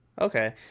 Okay